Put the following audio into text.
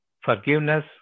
forgiveness